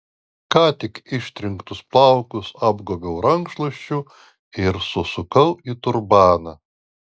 ką tik ištrinktus plaukus apgobiau rankšluosčiu ir susukau į turbaną